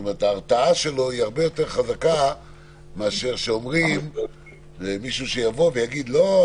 ההרתעה שלו היא הרבה יותר חזקה מאשר שאומרים למישהו שיבוא ויגיד: לא,